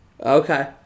Okay